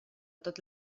tot